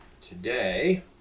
Today